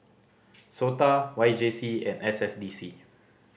SOTA Y J C and S S D C